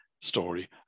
story